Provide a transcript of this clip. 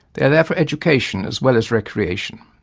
they are there for education as well as recreation.